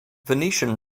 venetian